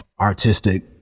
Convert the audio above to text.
artistic